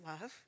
love